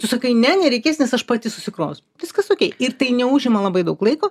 tu sakai ne nereikės nes aš pati susikrovus viskas okei ir tai neužima labai daug laiko